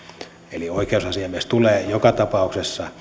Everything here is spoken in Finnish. eli oikeusmies tulee joka tapauksessa